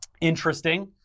Interesting